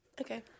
okay